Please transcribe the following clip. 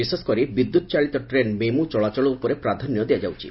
ବିଶେଷକରି ବିଦ୍ୟୁତ ଚାଳିତ ଟ୍ରେନ୍ ମେମୁ ଚଳାଚଳ ଉପରେ ପ୍ରାଧାନ୍ୟ ଦିଆଯାଉଛି